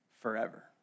forever